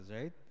right